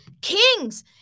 kings